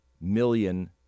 million